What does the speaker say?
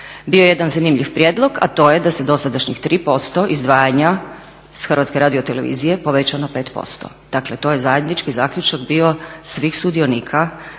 Bio je jedan zanimljiv prijedlog, a to je da se dosadašnjih 3% izdvajanja iz HRT-a poveća na 5%. Dakle, to je zajednički zaključak bio svih sudionika